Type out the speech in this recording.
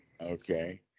Okay